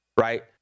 right